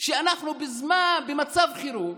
שאנחנו במצב חירום